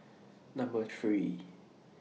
Number three